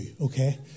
okay